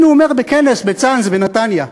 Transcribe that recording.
הנה הוא אומר בכנס בקריית-צאנז, בנתניה: